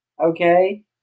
okay